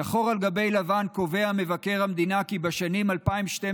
שחור על גבי לבן קובע מבקר המדינה כי בשנים 2012